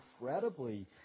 incredibly